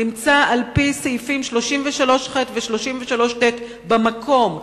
שנמצא על-פי סעיפים 33ח ו-33ט במקום,